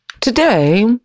today